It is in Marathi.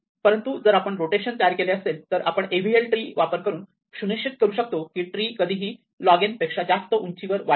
परंतु जर आपण रोटेशन तयार केले असेल तर आपण एव्हीएल ट्री वापर करून सुनिश्चित करू शकतो की ट्री कधीही लॉग n पेक्षा जास्त उंचीवर वाढणार नाही